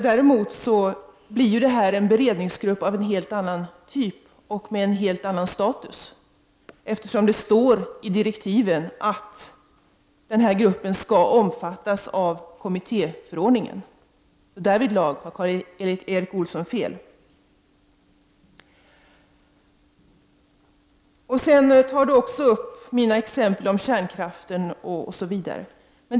Däremot blir ju det en beredningsgrupp av en helt annan typ och med en helt annan status, eftersom det står i direktiven att gruppen skall omfattas av kommittéförordningen. Därvidlag har Karl Erik Olsson fel. Sedan kommenterar Karl Erik Olsson också mina exempel med kärnkraft osv.